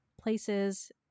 places